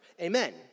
Amen